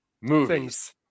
movies